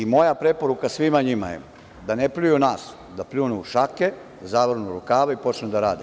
Moja preporuka svima njima je da ne pljuju nas, da pljunu u šake, zavrnu rukave i počnu da rade.